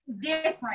different